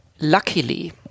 Luckily